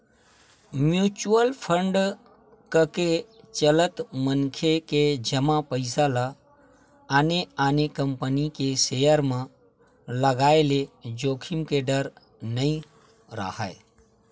mutual fund कके चलत मनखे के जमा पइसा ल आने आने कंपनी के सेयर म लगाय ले जोखिम के डर नइ राहय